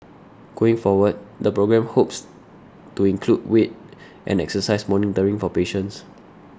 going forward the programme hopes to include weight and exercise monitoring for patients